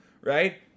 right